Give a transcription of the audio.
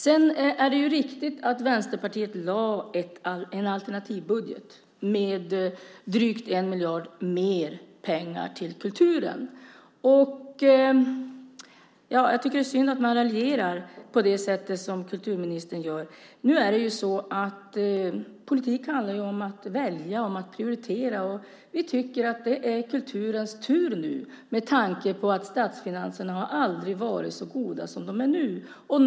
Sedan är det riktigt att Vänsterpartiet lade fram en alternativbudget med drygt 1 miljard mer till kulturen. Jag tycker att det är synd att man raljerar på det sätt som kulturministern gör. Politik handlar ju om att välja, om att prioritera. Och vi tycker att det nu är kulturens tur med tanke på att statsfinanserna aldrig har varit så goda som de nu är.